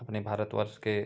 अपने भारतवर्ष के